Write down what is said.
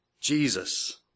Jesus